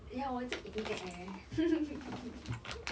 ya 我一直